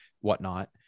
whatnot